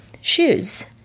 shoes